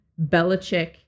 Belichick